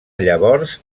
llavors